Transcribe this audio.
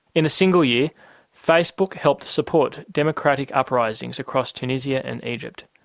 in a single year facebook helped support democratic uprisings across tunisia and egypt,